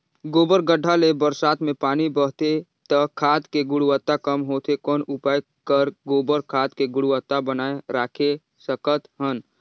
गोबर गढ्ढा ले बरसात मे पानी बहथे त खाद के गुणवत्ता कम होथे कौन उपाय कर गोबर खाद के गुणवत्ता बनाय राखे सकत हन?